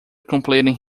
completing